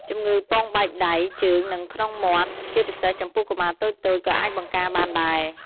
ជំងឺពងបែកដៃ ជើង និងក្នុងមាត់ ជាពិសេសចំពោះកុមារតូចៗ ក៏អាចបង្ការបានដែរ។